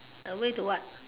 a way to what